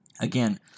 Again